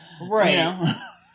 Right